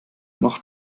noch